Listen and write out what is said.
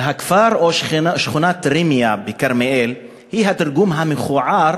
הכפר או שכונת ראמיה בכרמיאל היא התרגום המכוער